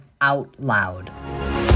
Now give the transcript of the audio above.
OUTLOUD